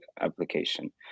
application